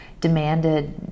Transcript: demanded